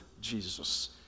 Jesus